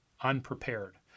unprepared